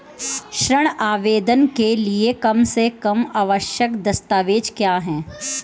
ऋण आवेदन के लिए कम से कम आवश्यक दस्तावेज़ क्या हैं?